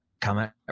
comment